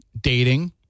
dating